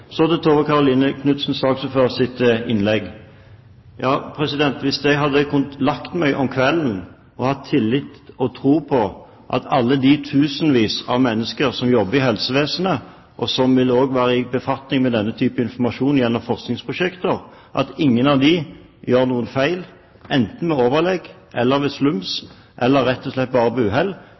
Så til saksordfører Tove Karoline Knutsens innlegg: Hvis jeg hadde kunnet legge meg om kvelden i tillit til og tro på at alle de tusenvis av mennesker som jobber i helsevesenet, som vil ha befatning med slik informasjon gjennom forskningsprosjekter, ikke gjør noen feil, enten med overlegg, ved slums eller rett og slett ved uhell,